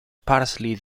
parsley